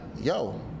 yo